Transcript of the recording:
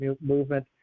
movement